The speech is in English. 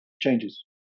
Changes